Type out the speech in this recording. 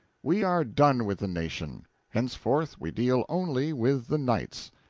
we are done with the nation henceforth we deal only with the knights.